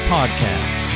Podcast